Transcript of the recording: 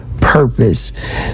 purpose